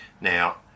Now